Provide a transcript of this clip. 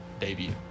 debut